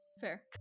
Fair